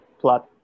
plot